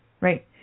right